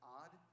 odd